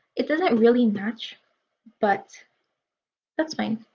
it doesn't really match but that's fine.